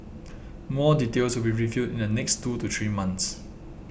more details will be revealed in the next two to three months